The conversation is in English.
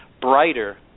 brighter